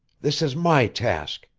this is my task.